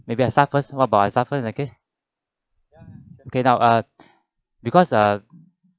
maybe I start first what about I start first in the okay now uh in that case case because uh